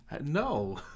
No